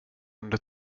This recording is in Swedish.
under